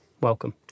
Welcome